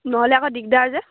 নহ'লে আকৌ দিগদাৰ যে